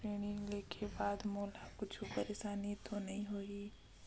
ऋण लेके बाद मोला कुछु परेशानी तो नहीं होही?